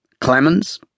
Clemens